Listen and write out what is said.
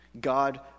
God